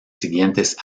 siguientes